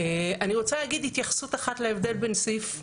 אני רוצה לומר התייחסות אחת להבדל בין סעיף 9א(1)